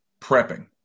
prepping